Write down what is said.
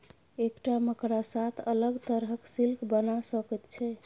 एकटा मकड़ा सात अलग तरहक सिल्क बना सकैत छै